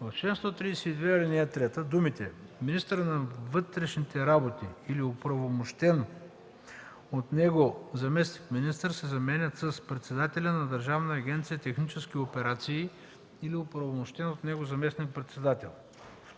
132, ал. 3 думите „министъра на вътрешните работи или на оправомощен от него заместник-министър" се заменят с „председателя на Държавна агенция „Технически операции" или оправомощен от него заместник-председател".